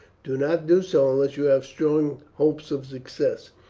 do not do so unless you have strong hopes of success.